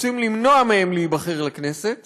רוצים למנוע מהם להיבחר לכנסת